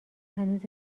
هنوز